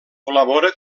col·labora